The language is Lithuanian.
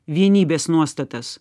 vienybės nuostatas